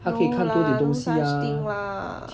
no lah no such thing lah